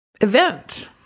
event